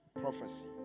prophecy